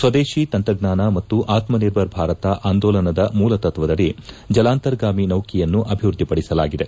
ಸ್ವದೇಶಿ ತಂತ್ರಜ್ಞಾನ ಮತ್ತು ಆತ್ಮನಿರ್ಭರ್ ಭಾರತ ಆಂದೋಲನದ ಮೂಲತ್ವದಡಿ ಜಲಾಂತರ್ಗಾಮಿ ನೌಕೆಯನ್ನು ಅಭಿವೃದ್ಧಿಪಡಿಸಲಾಗಿದೆ